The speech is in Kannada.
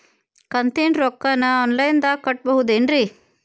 ಕಂತಿನ ರೊಕ್ಕನ ಆನ್ಲೈನ್ ದಾಗ ಕಟ್ಟಬಹುದೇನ್ರಿ?